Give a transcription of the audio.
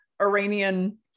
Iranian